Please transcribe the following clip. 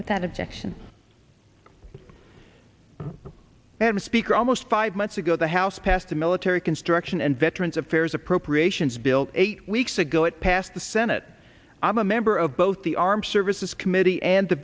that objection and speaker almost five months ago the house passed a military construction and veterans affairs appropriations bills eight weeks ago it passed the senate i'm a member of both the armed services committee and the